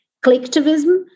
collectivism